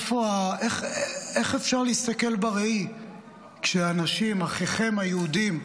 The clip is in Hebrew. איך אפשר להסתכל בראי כשאנשים, אחיכם היהודים,